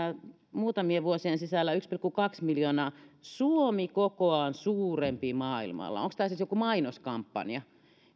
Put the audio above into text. muutamien vuosien sisällä yksi pilkku kaksi miljoonaa suomi kokoaan suurempi maailmalla onko tämä siis joku mainoskampanja